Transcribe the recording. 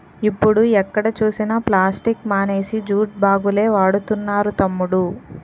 ఇప్పుడు ఎక్కడ చూసినా ప్లాస్టిక్ మానేసి జూట్ బాగులే వాడుతున్నారు తమ్ముడూ